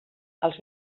els